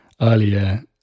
earlier